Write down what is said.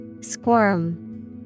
squirm